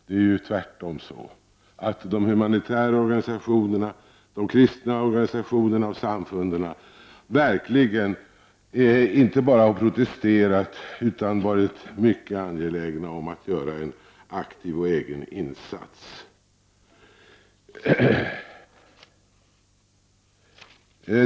Det är tvärtom så att de humanitära organisationerna, de kristna organisationerna och samfunden verkligen inte bara har protesterat utan också har varit mycket angelägna om att göra en aktiv och egen insats.